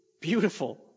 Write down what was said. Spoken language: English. beautiful